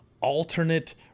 alternate